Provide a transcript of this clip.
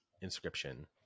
inscription